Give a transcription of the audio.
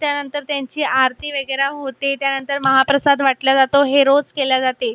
त्यानंतर त्यांची आरती वगैरे होते त्यानंतर महाप्रसाद वाटला जातो हे रोज केले जाते